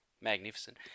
magnificent